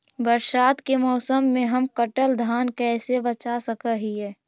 बरसात के मौसम में हम कटल धान कैसे बचा सक हिय?